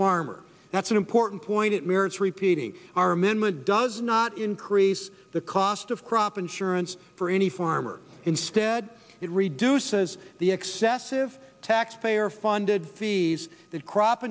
farmer that's an important point it merits repeating our amendment does not increase the cost of crop insurance for any farmer instead it reduces the excessive taxpayer funded fees that crop